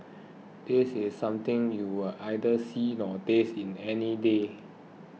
this is something you'll neither see nor taste any day